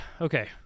Okay